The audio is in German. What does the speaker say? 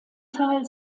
teil